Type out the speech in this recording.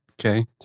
Okay